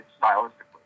stylistically